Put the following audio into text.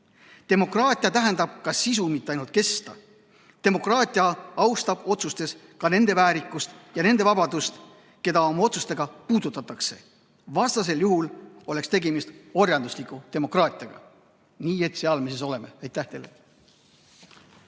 Demokraatia tähendab ka sisu, mitte ainult kesta. Demokraatia austab otsustes ka nende väärikust ja nende vabadust, keda otsustega puudutatakse, vastasel juhul oleks tegemist orjandusliku demokraatiaga. Nii et seal me siis oleme. Aitäh teile!